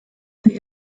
they